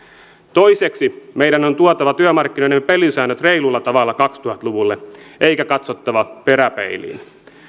toiseksi meidän on tuotava työmarkkinoidemme pelisäännöt reilulla tavalla kaksituhatta luvulla eikä katsottava peräpeiliin